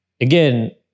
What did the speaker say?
again